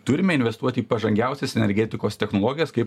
turime investuoti į pažangiausias energetikos technologijas kaip